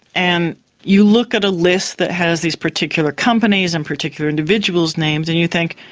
and you look at a list that has these particular companies' and particular individuals' names and you think,